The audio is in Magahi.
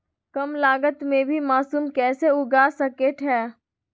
कम लगत मे भी मासूम कैसे उगा स्केट है?